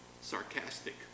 sarcastic